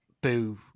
boo